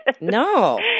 No